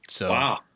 Wow